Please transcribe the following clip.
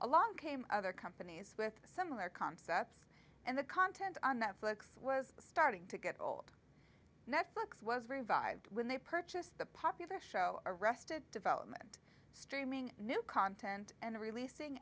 along came other companies with similar concepts and the content on netflix was starting to get old netflix was revived when they purchased the popular show arrested development streaming new content and releasing